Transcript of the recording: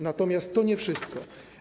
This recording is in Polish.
Natomiast to nie wszystko.